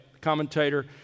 commentator